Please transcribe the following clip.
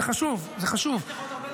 זה חשוב --- יש לך עוד הרבה להסביר.